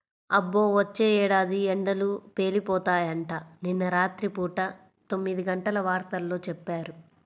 అబ్బో, వచ్చే ఏడాది ఎండలు పేలిపోతాయంట, నిన్న రాత్రి పూట తొమ్మిదిగంటల వార్తల్లో చెప్పారు